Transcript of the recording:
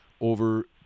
over